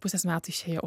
pusės metų išėjau